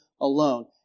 alone